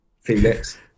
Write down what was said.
Felix